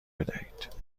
بدهید